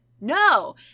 No